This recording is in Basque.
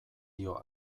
dio